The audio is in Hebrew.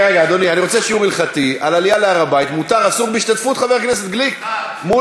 חבר הכנסת גליק,